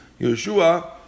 Yeshua